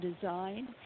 design